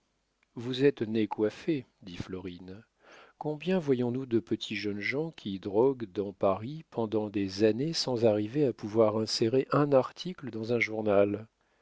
vous êtes né coiffé dit florine combien voyons-nous de petits jeunes gens qui droguent dans paris pendant des années sans arriver à pouvoir insérer un article dans un journal